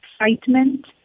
excitement